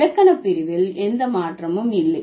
இலக்கணப் பிரிவில் எந்த மாற்றமும் இல்லை